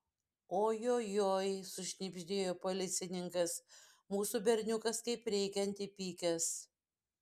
ojojoi sušnibždėjo policininkas mūsų berniukas kaip reikiant įpykęs